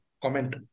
comment